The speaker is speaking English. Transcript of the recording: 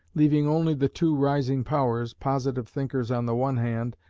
leaving only the two rising powers, positive thinkers on the one hand,